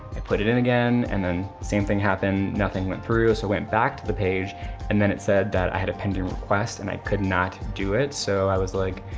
i put it in again and then same thing happened, nothing went through. so i went back to the page and then it said that i had a pending request and i could not do it. so i was like,